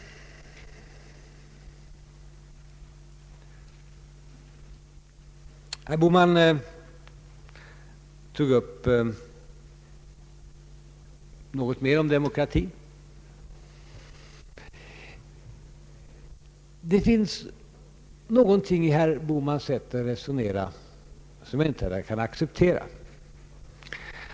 Herr Bohman tog upp ytterligare resonemang om demokrati. Det finns någonting i herr Bohmans sätt att resonera som jag inte har kunnat acceptera.